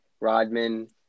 Rodman